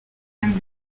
ngo